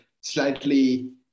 slightly